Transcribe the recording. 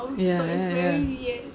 ya ya ya ya